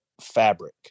fabric